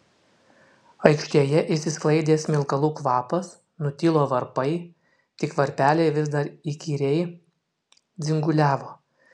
aikštėje išsisklaidė smilkalų kvapas nutilo varpai tik varpeliai vis dar įkyriai dzinguliavo